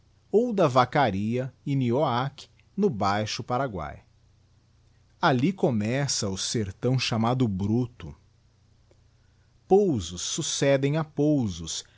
ou da vaccaria e nioac no baixo paraguay alli começa o sertão chamado bruto pousos succedem a pousos